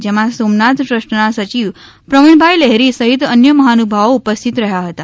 જેમાં સોમનાથ ટ્રસ્ટના સચિવ પ્રવિણભાઈ લહેરી સહિત અન્ય મહાનુભાવો ઉપસ્થિત રહ્યાં હતા